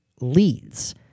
leads